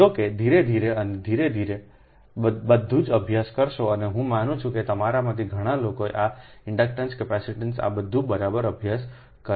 જો કે ધીરે ધીરે અને ધીરે ધીરે બધું જ અભ્યાસ કરશે અને હું માનું છું કે તમારામાંથી ઘણા લોકોએ આ ઇન્ડક્ટન્સ કેપેસિટેન્સનો આ બધું બરાબર અભ્યાસ કર્યો છે